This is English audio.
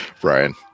Brian